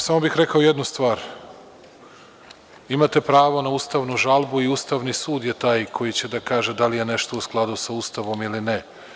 Samo bih rekao jednu stvar, imate pravo na ustavnu žalbu i Ustavni sud je taj koji će da kaže da li je nešto u skladu sa Ustavom ili ne.